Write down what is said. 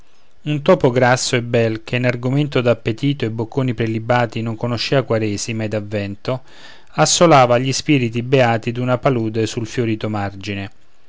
un topo grasso e bel che in argomento d'appetito e bocconi prelibati non conoscea quaresima ed avvento asolava gli spiriti beati d'una palude sul fiorito margine